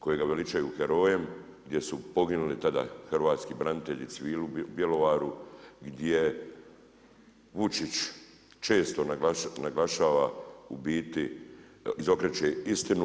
Kojega veličaju herojem, gdje su poginuli tada hrvatski branitelji, civili u Bjelovaru gdje Vučić često naglašava u biti izokreće istinu.